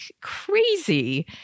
crazy